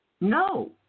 No